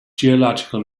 geological